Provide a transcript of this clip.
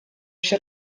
się